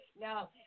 No